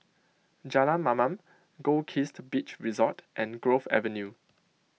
Jalan Mamam Goldkist Beach Resort and Grove Avenue